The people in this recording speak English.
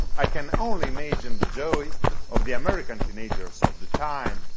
i can only imagine the joy of the american teenagers of the time,